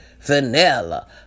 vanilla